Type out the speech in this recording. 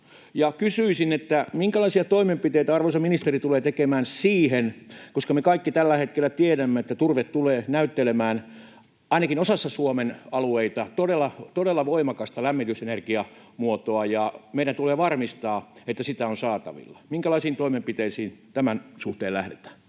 kysyisin: minkälaisia toimenpiteitä arvoisa ministeri tulee tekemään siihen? Me kaikki tällä hetkellä tiedämme, että turve tulee näyttelemään ainakin osassa Suomen alueita todella, todella voimakasta lämmitysenergiamuotoa, ja meidän tulee varmistaa, että sitä on saatavilla. Minkälaisiin toimenpiteisiin tämän suhteen lähdetään?